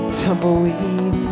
tumbleweed